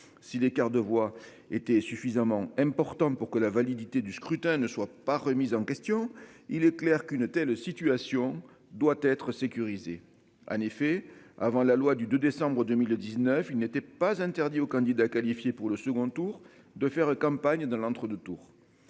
Si l'écart de voix étaient suffisamment importante pour que la validité du scrutin ne soit pas remise en question. Il est clair qu'une telle situation doit être sécurisé. En effet, avant la loi du 2 décembre 2019, il n'était pas interdit aux candidats qualifiés pour le second tour de faire campagne dans l'entre-deux tours.